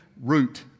root